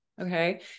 Okay